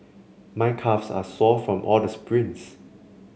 my calves are sore from all the sprints